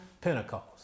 Pentecost